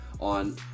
on